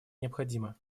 необходимо